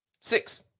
Six